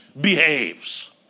behaves